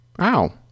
Ow